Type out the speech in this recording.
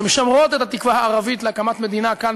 שמשמרים את התקווה הערבית להקמת מדינה כאן,